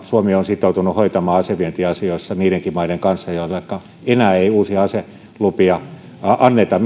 suomi on sitoutunut hoitamaan asevientiasioissa niidenkin maiden kanssa jonneka enää ei uusia aselupa anneta